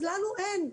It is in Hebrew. אז לנו אין.